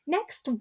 Next